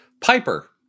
Piper